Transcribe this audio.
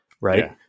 right